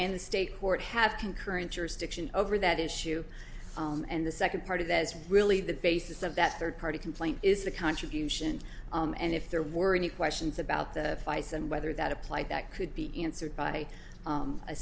and the state court have concurrent jurisdiction over that issue and the second part of that is really the basis of that third party complaint is the contribution and if there weren't questions about the vice and whether that applied that could be answered by